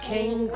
King